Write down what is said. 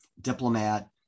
Diplomat